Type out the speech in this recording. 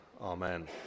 Amen